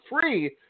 free